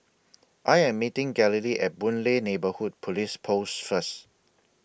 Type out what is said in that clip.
I Am meeting Galilea At Boon Lay Neighbourhood Police Post First